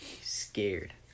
Scared